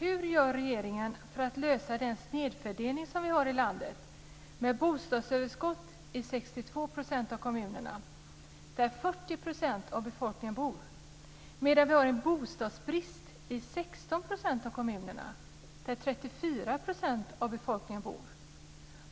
Vad gör regeringen för att lösa den snedfördelning vi har i landet med bostadsöverskott i 62 % av kommunerna där 40 % av befolkningen bor och bostadsbrist i 16 % av kommunerna där